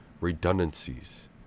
redundancies